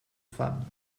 femmes